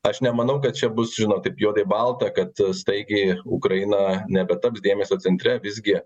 aš nemanau kad čia bus žinot taip juodai balta kad staigiai ukraina nebe taps dėmesio centre visgi